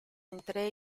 entre